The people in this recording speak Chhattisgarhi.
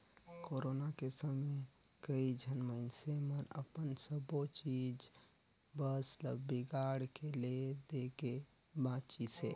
कोरोना के समे कइझन मइनसे मन अपन सबो चीच बस ल बिगाड़ के ले देके बांचिसें